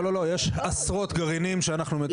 לא, יש עשרות גרעינים שאנחנו מטפלים בהם.